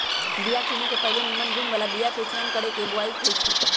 बिया किने से पहिले निम्मन गुण बला बीयाके चयन क के बोआइ होइ छइ